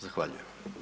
Zahvaljujem.